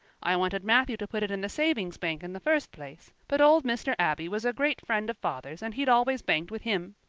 i wanted matthew to put it in the savings bank in the first place, but old mr. abbey was a great friend of father's and he'd always banked with him.